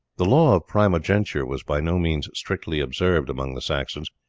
the law of primogeniture was by no means strictly observed among the saxons,